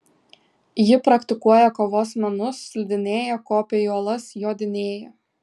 ji praktikuoja kovos menus slidinėja kopia į uolas jodinėja